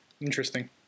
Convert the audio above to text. Interesting